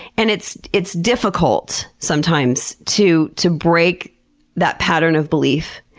and it's it's difficult sometimes to to break that pattern of belief.